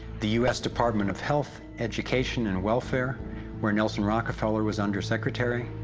the u s. department of health, education and welfare when nelson rockefeller was under secretary,